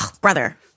Brother